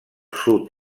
sud